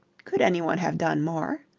could anyone have done more?